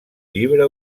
llibre